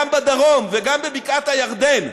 וגם בדרום וגם בבקעת-הירדן.